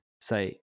say